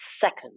second